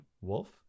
wolf